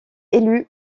élu